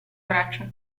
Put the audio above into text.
braccio